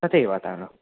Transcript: तथैव कुरु